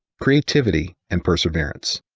creativity, and perseverance.